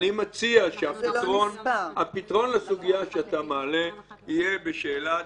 אני מציע שהפתרון לסוגיה שאתה מעלה תהיה בשאלת